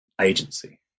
agency